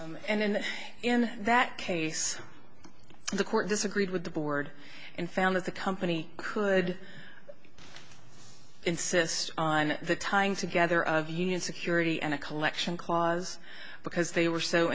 then and in that case the court disagreed with the board and found that the company could insist on the tying together of union security and a collection clause because they were so